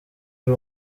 ari